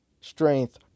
strength